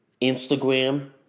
Instagram